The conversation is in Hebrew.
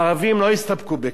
הערבים לא הסתפקו בכך.